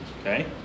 okay